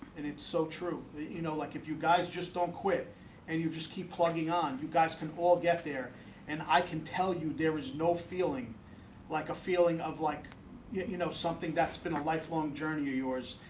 and it's so true you know like if you guys just don't quit and you just keep plugging on you guys can all get there and i can tell you there is no feeling like a feeling of like yeah you know something that's been a lifelong journey of yours,